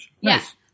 Yes